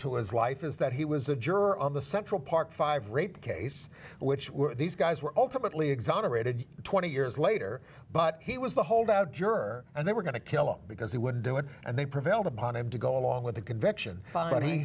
to his life is that he was a juror on the central park five rape case which were these guys were ultimately exonerated twenty years later but he was the holdout juror and they were going to kill him because he would do it and they prevailed upon him to go along with the conviction